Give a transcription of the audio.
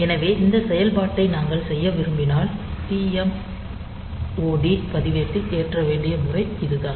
எனவே இந்த செயல்பாட்டை நாங்கள் செய்ய விரும்பினால் TMOD பதிவேட்டில் ஏற்ற வேண்டிய முறை இது தான்